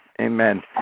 Amen